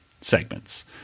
segments